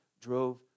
drove